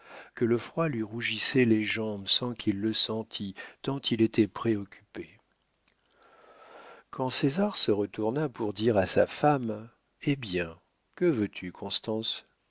que le froid lui rougissait les jambes sans qu'il le sentît tant il était préoccupé quand césar se retourna pour dire à sa femme eh bien que veux-tu constance